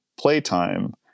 playtime